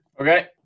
Okay